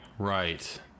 right